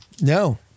No